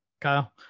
Kyle